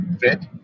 fit